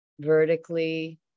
vertically